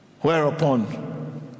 Whereupon